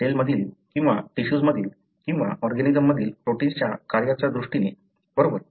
sale मधील किंवा tissues मधील किंवा ऑर्गॅनिजम मधील प्रोटिन्सच्या कार्याच्या दृष्टीने बरोबर